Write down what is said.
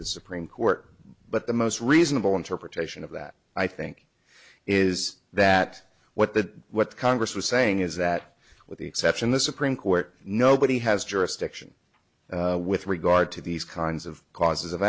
the supreme court but the most reasonable interpretation of that i think is that what the what congress was saying is that with the exception the supreme court nobody has jurisdiction with regard to these kinds of causes of